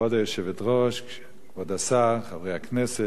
כבוד היושבת-ראש, כבוד השר, חברי הכנסת,